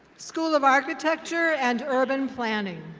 school of architecture and urban planning.